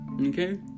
Okay